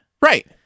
Right